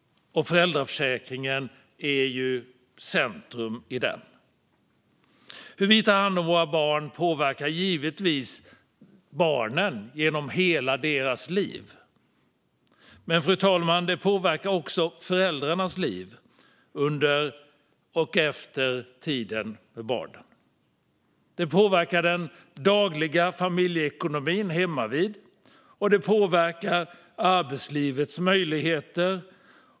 Föräldraförsäkringen är centrum i den. Hur vi tar hand om våra barn påverkar givetvis barnen genom hela deras liv. Men, fru talman, det påverkar också föräldrarnas liv under och efter tiden med barnen. Det påverkar den dagliga familjeekonomin hemmavid, och det påverkar arbetslivets möjligheter.